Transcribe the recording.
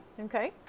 okay